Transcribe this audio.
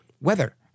weather